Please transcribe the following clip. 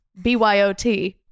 byot